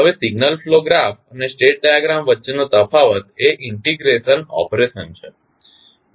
હવે signal flow graph અને state diagram વચ્ચેનો તફાવત એ ઇન્ટિગ્રેશન ઓપરેશન છે